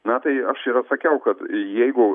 na tai aš ir atsakiau kad ir jeigu